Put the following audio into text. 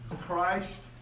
Christ